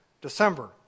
December